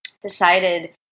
decided